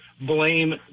blame